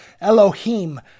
Elohim